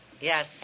Yes